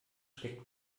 steckt